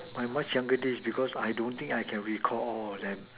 my much younger days because I don't think I can recall all of them